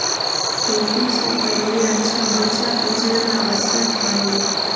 खेती से पहिले अच्छा बीचा के चयन आवश्यक हइ